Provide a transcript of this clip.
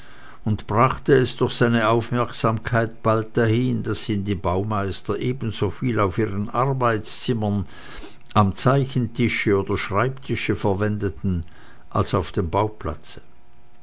und brachte es durch seine aufmerksamkeit bald dahin daß ihn die baumeister ebensoviel auf ihren arbeitszimmern am zeichnen oder schreibtische verwendeten als auf dem